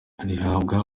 rihabwa